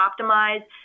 optimize